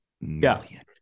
million